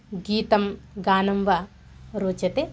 गीतं गानं वा रोचते